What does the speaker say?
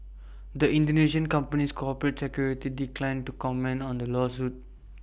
the Indonesian company's corporate secretary declined to comment on the lawsuit